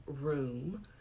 room